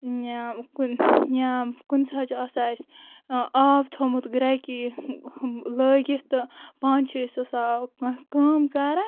یا کُنہِ یا کُنہِ ساتہٕ چھُ آسان اسہِ آب تھومُت گرٕکہِ ہم لٲگِتھ تہٕ پانہٕ چھِ أسۍ آسان کانٛہہ کٲم کران